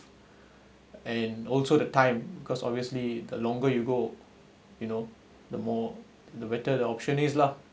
and also the time because obviously the longer you go you know the more the better the option is lah